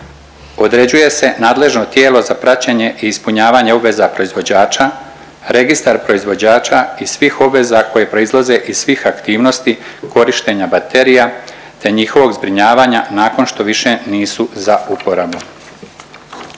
Određuje se nadležno tijelo za praćenje i ispunjavanje obveza proizvođača, Registar proizvođača i svih obveza koje proizlaze iz svih aktivnosti korištenja baterija, te njihovog zbrinjavanja nakon što više nisu za uporabu.